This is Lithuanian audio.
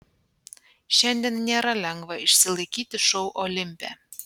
šiandien nėra lengva išsilaikyti šou olimpe